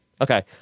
Okay